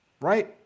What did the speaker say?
Right